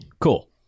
Cool